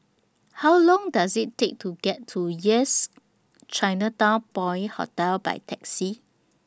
How Long Does IT Take to get to Yes Chinatown Point Hotel By Taxi